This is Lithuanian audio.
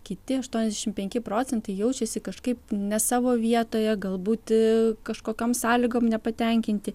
kiti aštuoniasdešimt penki procentai jaučiasi kažkaip ne savo vietoje gal būt kažkokiom sąlygom nepatenkinti